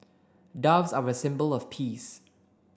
doves are a symbol of peace